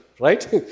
Right